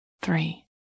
three